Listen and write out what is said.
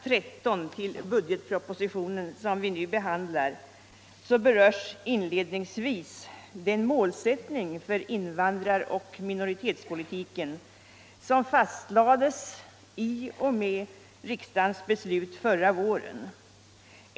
13 till budgetpropositionen som vi nu behandlar berörs inledningsvis den målsättning för invandrar och minoritetspolitiken som fastlades i och med riksdagens beslut förra våren.